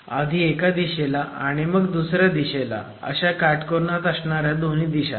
आधी एका दिशेला आणि मग दुसऱ्या दिशेला अशा काटकोनात असणाऱ्या दोन्ही दिशांना